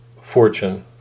Fortune